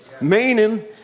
meaning